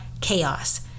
chaos